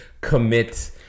commit